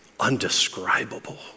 Undescribable